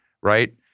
right